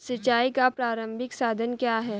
सिंचाई का प्रारंभिक साधन क्या है?